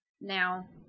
Now